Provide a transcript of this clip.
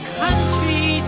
country